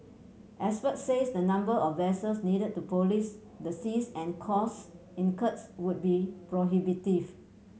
experts say the number of vessels needed to police the seas and cost would be prohibitive